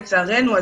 לצערנו,